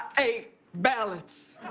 ate ballots.